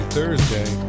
Thursday